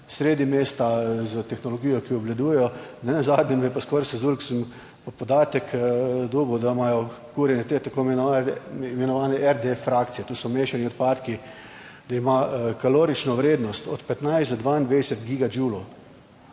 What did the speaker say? sredi mesta, s tehnologijo, ki jo obvladujejo. Nenazadnje me je pa skoraj sezulo, sem pa podatek dobil, da imajo kurjenje te tako imenovane RD frakcije, to so mešani odpadki, da ima kalorično vrednost od 15 do 22